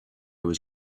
was